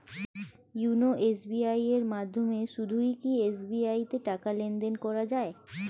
YONO SBI এর মাধ্যমে শুধুই কি এস.বি.আই তে টাকা লেনদেন করা যায়?